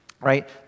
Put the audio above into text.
right